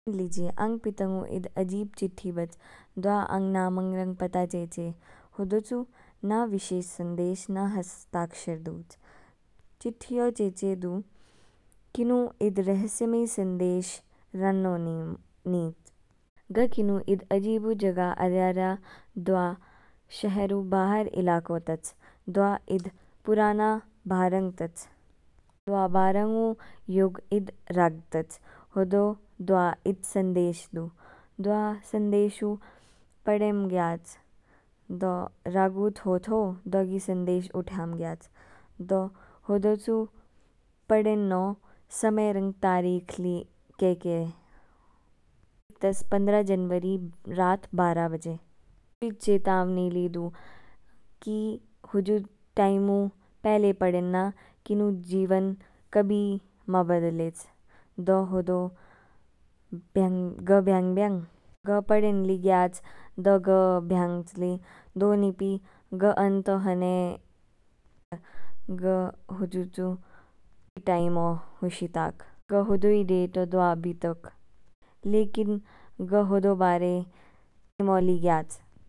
लीजिय आंग पीतांगु ईद अजीब चिट्ठी बच, दवा आंग नामांग रंग पता चेचे। होदो चू ना विशेष संदेश, ना हस्ताक्षर दुच। चिट्ठियो चेचे दू किनु ईद रहस्मयी संदेश रान्नो नीच। ग किनु ईद अजीब ऊ जगह आर्यारया दवा शहर ऊ बाहर इलाको तच। दवा ईद पुराना बारङ तच, बारङ ऊ योग ईद राग तच, होदो दवा ईद संदेश दू। दवा संदेश ऊ पडेन ग्याच, दो राग ऊ थो थो दो गी सदेश उठ्याम ग्याच। दो होदो चू पडेन्नो समय रंग तारीक ली केके तच, पन्द्रह जनवरी रात बारह बजे। ईद चेतावनी ली दू, की हुजु टाइम ऊ पहले पडेंनना किनु जीवन कभी मा ब्दलेच। दो होदो ग ब्यांग ब्यांग, ग पडेन्न ली ग्याच, दो ग ब्यांगच ली। दोनीपि ग अंत ओ हने, ग हुजु चू टाइम ओ हुशिताक, ग होदो ई डेट ओ दवा बितोक, लेकिन ली ग्याच।